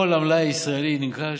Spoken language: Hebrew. כל המלאי הישראלי נרכש.